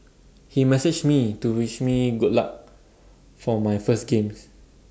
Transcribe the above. he messaged me to wish me good luck for my first games